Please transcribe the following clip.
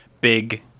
big